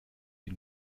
die